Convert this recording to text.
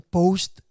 post